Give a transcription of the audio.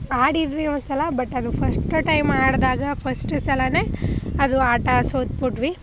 ಆಡಿದ್ವಿ ಒಂದ್ಸಲ ಬಟ್ ಅದು ಫಸ್ಟ್ ಟೈಮ್ ಆಡಿದಾಗ ಫಸ್ಟ್ ಸಲನೇ ಅದು ಆಟ ಸೋತ್ಬಿಟ್ವಿ